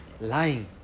lying